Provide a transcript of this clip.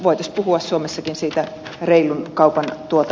voitaisiin puhua suomessakin siitä reilun kaupan tuote